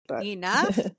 enough